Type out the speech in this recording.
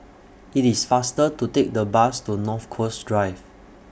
IT IS faster to Take The Bus to North Coast Drive